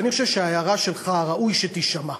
אני חושב שההערה שלך ראוי שתישמע.